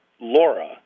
Laura